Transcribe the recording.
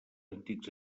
antics